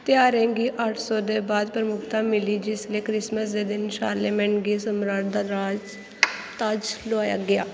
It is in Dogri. त्हारें गी अट्ठ सौ दे बाद प्रमुखता मिली जिसलै क्रिसमस दे दिन शारलेमेन गी सम्राट दा ताज ताज लोआया गेआ